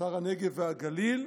שר הנגב והגליל,